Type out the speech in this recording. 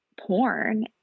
porn